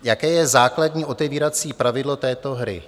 Jaké je základní otevírací pravidlo této hry?